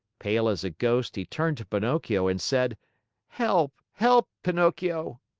pale as a ghost, he turned to pinocchio and said help, help, pinocchio!